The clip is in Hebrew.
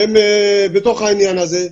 שהם בתוך העניין הזה,